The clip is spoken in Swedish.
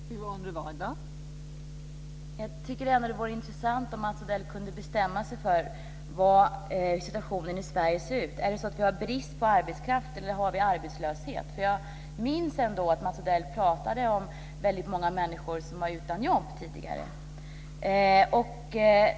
Fru talman! Jag tycker att det vore intressant om Mats Odell kunde bestämma sig för hur situationen i Sverige ser ut. Är det så att vi har brist på arbetskraft, eller har vi arbetslöshet? Jag minns ändå att Mats Odell tidigare pratade om väldigt många människor som var utan jobb.